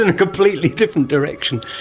and completely different direction.